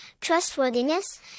trustworthiness